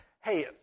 hey